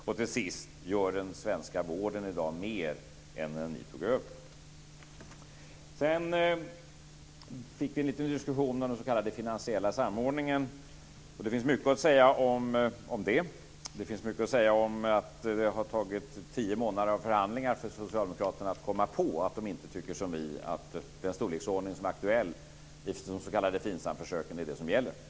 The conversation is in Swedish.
Och till sist: Gör den svenska vården mer i dag än när ni tog över? Sedan fick vi en liten diskussion om den s.k. finansiella samordningen. Det finns mycket att säga om den. Det finns mycket att säga om att det har tagit tio månader av förhandlingar för socialdemokraterna att komma på att de inte tycker som vi, att den storleksordning som är aktuell i de s.k. Finsamförsöken är det som gäller.